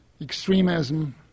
extremism